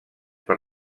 per